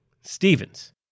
Stevens